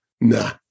nah